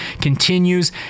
continues